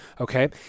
Okay